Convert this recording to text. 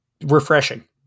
refreshing